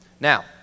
Now